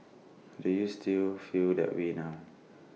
do you still feel that way now